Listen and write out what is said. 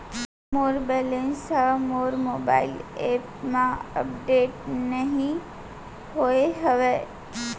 मोर balance हा मोर mobile app मा अपडेट नहीं होय हवे